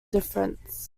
difference